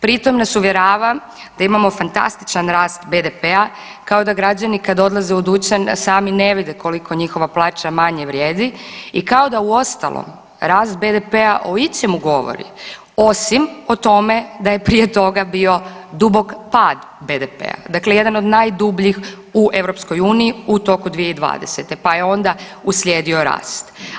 Pri tom nas uvjerava da imamo fantastičan rast BDP-a kao da građani kad odlaze u dućan sami ne vide koliko njihova plaća manje vrijedi i kao da uostalom rast BDP-a o ičemu govori osim o tome da je prije toga bio dubok pad BDP-a, dakle jedan od najdubljih u EU u toku 2020. pa je onda uslijedio rast.